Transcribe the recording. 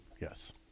Yes